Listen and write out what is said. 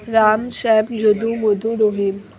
Ram Shyam Jadu Madhu Rahim